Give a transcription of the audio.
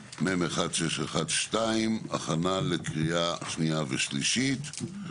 (מ/1612), הכנה לקריאה שנייה ושלישית.